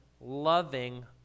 loving